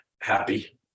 happy